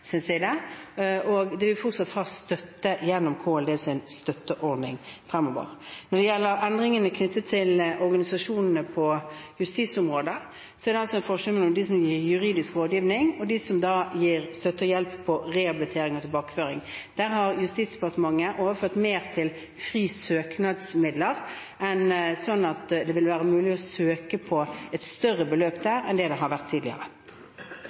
side, og de vil fortsatt ha støtte gjennom Klima- og miljødepartementets støtteordning fremover. Når det gjelder endringene knyttet til organisasjonene på justisområdet, er det en forskjell mellom dem som gir juridisk rådgivning, og dem som gir støtte og hjelp innen rehabilitering og tilbakeføring. Der har Justis- og beredskapsdepartementet overført mer til frie søknadsmidler, slik at det vil være mulig å søke på et større beløp der enn det det har vært tidligere.